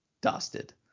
dusted